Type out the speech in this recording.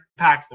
impactful